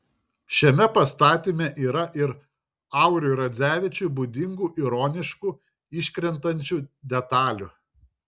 šiame pastatyme yra ir auriui radzevičiui būdingų ironiškų iškrentančių detalių